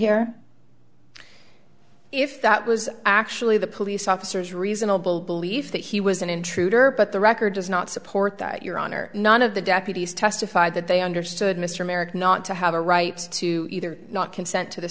here if that was actually the police officers reasonable belief that he was an intruder but the record does not support that your honor none of the deputies testified that they understood mr merrick not to have a right to either not consent to the